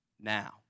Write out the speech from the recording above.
now